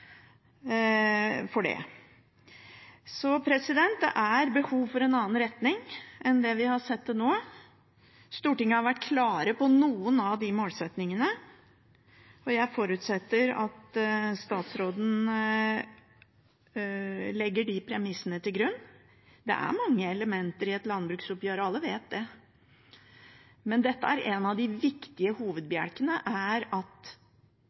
av tilskudd. Så det er ikke noen tvil om at statsråden ønsker å bruke sitt eget handlingsrom til å drive politikk, men regjeringen har altså ikke flertall i Stortinget for det. Det er behov for en annen retning enn det vi har sett til nå. Stortinget har vært klare på noen av de målsettingene, og jeg forutsetter at statsråden legger de premissene til grunn. Det er mange elementer